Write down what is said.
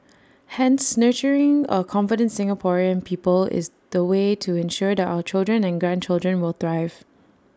hence nurturing A confident Singaporean people is the way to ensure that our children and grandchildren will thrive